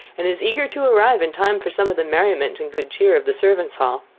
and is eager to arrive in time for some of the merriment and good cheer of the servants' hall.